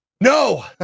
no